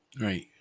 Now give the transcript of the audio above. Right